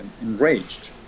enraged